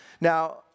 Now